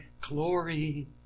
glory